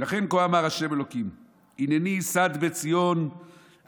"לכן כה אמר ה' אלוקים הִנני יסד בציון אבן,